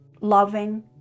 loving